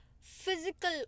physical